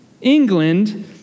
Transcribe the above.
England